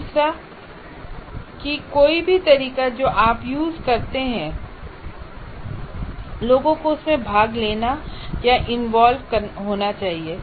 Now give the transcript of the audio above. तीसरा यह है कि कोई भी तरीका जो आप यूज करते हैं लोगों को उसमें भाग लेना या इंवॉल्व करना चाहिए